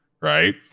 right